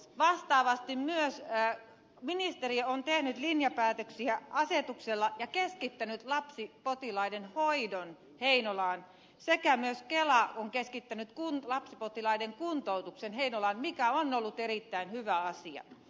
vastaavasti myös ministeriö on tehnyt linjapäätöksiä asetuksella ja keskittänyt lapsipotilaiden hoidon heinolaan sekä myös kela on keskittänyt lapsipotilaiden kuntoutuksen heinolaan mikä on ollut erittäin hyvä asia